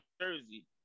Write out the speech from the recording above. Jersey